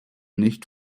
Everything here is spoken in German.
nicht